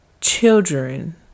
children